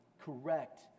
Correct